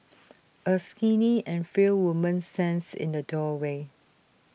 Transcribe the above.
A skinny and frail woman stands in the doorway